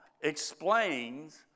explains